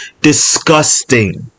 disgusting